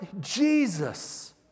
Jesus